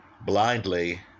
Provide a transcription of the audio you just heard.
blindly